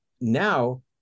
Now